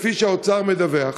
כפי שהאוצר מדווח,